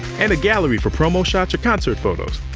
and a gallery for promo shots or concert photos.